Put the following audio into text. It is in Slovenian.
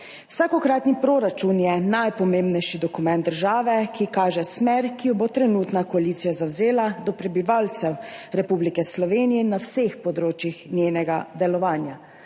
Vsakokratni proračun je najpomembnejši dokument države, ki kaže smer, ki jo bo trenutna koalicija zavzela do prebivalcev Republike Slovenije na vseh področjih njenega delovanja,